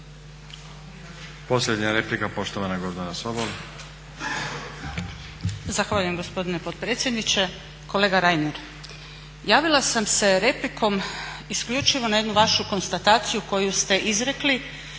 Posljednja replika poštovana Gordana Sobol.